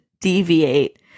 deviate